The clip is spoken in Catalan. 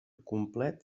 complet